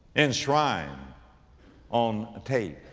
enshrined on tape.